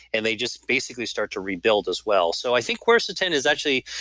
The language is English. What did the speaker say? and they just basically start to rebuild as well so i think quercetin is actually.